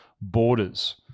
borders